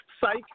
Psych